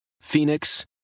Phoenix